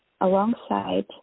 Alongside